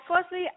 firstly